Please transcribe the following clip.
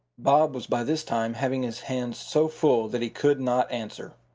bob was by this time having his hands so full that he could not answer.